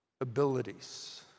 abilities